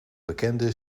bekende